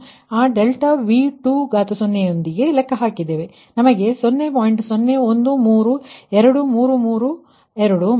051 ಅನ್ನು ಆ∆V20 ನೊಂದಿಗೆ ಲೆಕ್ಕ ಹಾಕಿದ್ದೇವೆ ನಮಗೆ 0